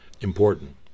important